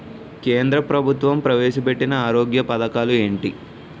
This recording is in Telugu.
కేంద్ర ప్రభుత్వం ప్రవేశ పెట్టిన ఆరోగ్య పథకాలు ఎంటి?